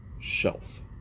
shelf